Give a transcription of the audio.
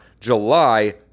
July